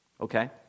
Okay